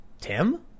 Tim